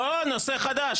לא, נושא חדש.